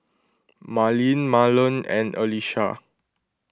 Marlene Marland and Alysha